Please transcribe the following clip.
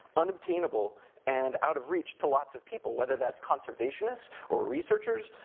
unobtainable and out of reach to lots of people, whether that's conservationists, or researchers,